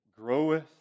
groweth